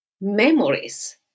memories